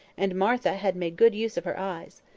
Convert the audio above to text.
and martha had made good use of her eyes.